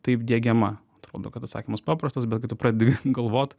taip diegiama atrodo kad atsakymas paprastas bet kai tu pradedi galvot